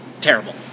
terrible